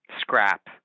scrap